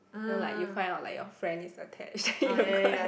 you know like you find out that your friend is attached then you go and